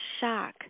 shock